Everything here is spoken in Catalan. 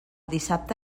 dissabte